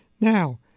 Now